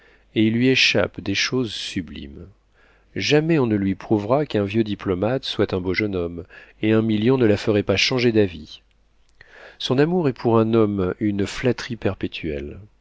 et il lui échappe des choses sublimes jamais on ne lui prouvera qu'un vieux diplomate soit un beau jeune homme et un million ne la ferait pas changer d'avis son amour est pour un homme une flatterie perpétuelle